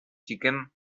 chicken